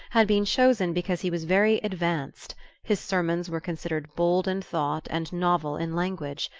had been chosen because he was very advanced his sermons were considered bold in thought and novel in language.